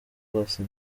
rwose